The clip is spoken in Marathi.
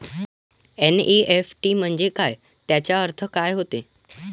एन.ई.एफ.टी म्हंजे काय, त्याचा अर्थ काय होते?